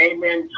Amen